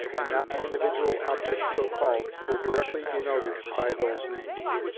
and not the individual objects so called, were directly denoted by those names.